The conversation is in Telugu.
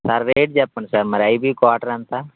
సార్ రేట్ చెప్పండి సార్ మరి ఐబి క్వార్టర్ ఎంత